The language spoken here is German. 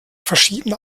verschiedene